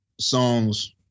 Songs